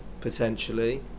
potentially